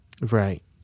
Right